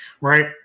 right